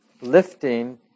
lifting